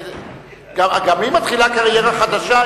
גם היא מתחילה קריירה חדשה,